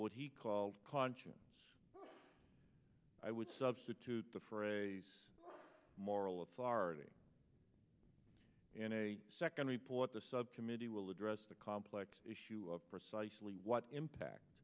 what he called conscious i would substitute for a moral authority and a second report the subcommittee will address the complex issue of precisely what impact